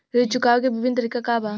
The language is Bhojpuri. ऋण चुकावे के विभिन्न तरीका का बा?